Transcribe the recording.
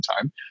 time